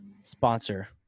sponsor